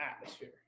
atmosphere